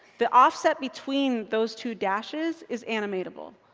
the offset between those two dashes, is animatable.